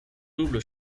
double